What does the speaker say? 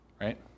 right